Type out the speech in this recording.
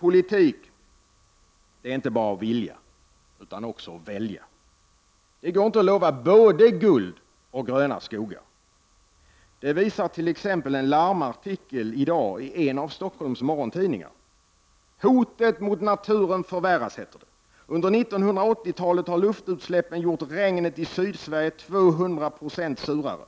Politik är inte bara att vilja, utan också att välja. Det går inte att lova både guld och gröna skogar. Det visar t.ex. en larmartikel i dag i en av Stockholms morgontidningar. Hotet mot naturen förvärras, heter det. Under 1980-talet har luftutsläppen gjort regnet i Sydsverige 200 96 surare.